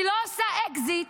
אני לא עושה אקזיט